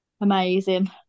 amazing